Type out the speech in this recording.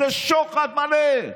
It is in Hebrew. זה שוחד מלא.